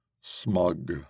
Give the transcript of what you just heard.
smug